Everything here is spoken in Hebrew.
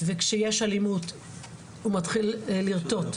וכשיש אלימות הוא מתחיל לרטוט,